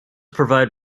provide